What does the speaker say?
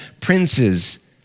princes